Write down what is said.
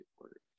work